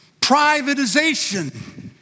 privatization